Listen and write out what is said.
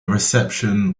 reception